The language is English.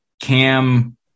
Cam